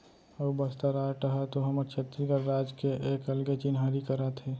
अऊ बस्तर आर्ट ह तो हमर छत्तीसगढ़ राज के एक अलगे चिन्हारी कराथे